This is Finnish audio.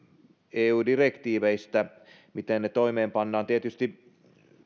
eu direktiiveistä että miten ne toimeenpannaan tietysti